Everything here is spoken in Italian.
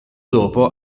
dopo